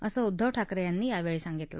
असं उद्दव ठाकर यांनी यावळी सांगितलं